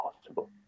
possible